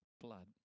blood